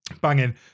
banging